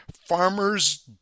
farmers